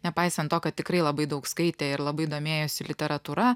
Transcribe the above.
nepaisant to kad tikrai labai daug skaitė ir labai domėjosi literatūra